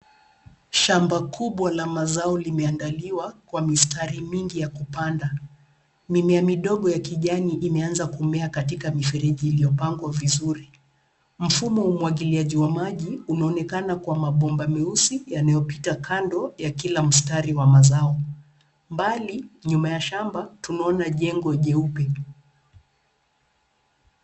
Shamba kubwa la mazao limeandaliwa kwa mistari mingi ya kupanda. Mimea midogo ya kijani imeanza kumea katika mifereji iliyopangwa vizuri. Mfumo wa umwagiliaji wa maji unaonekana kwa mabomba meusi yanayopita kando ya kila mstari wa mazao. Mbali, nyuma ya shamba tunaona jengo jeupe.